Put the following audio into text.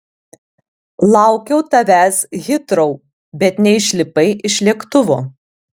laukiau tavęs hitrou bet neišlipai iš lėktuvo